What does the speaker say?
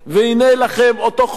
והנה לכם אותו חוק,